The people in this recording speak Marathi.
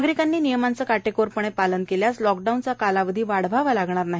नागरिकांनी नियमांचं काटेकोरपणे पालन केल्यास लॉकडाऊनचा कालावधी वाढवावा लागणार नाही